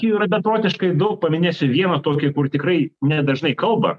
jų yra beprotiškai daug paminėsiu vieną tokį kur tikrai nedažnai kalba